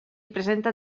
presenta